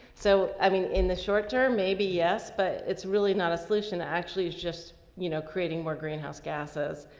so i mean in the short term maybe yes, but it's really not a solution to actually just, you know, creating more greenhouse gases.